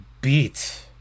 beat